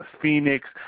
Phoenix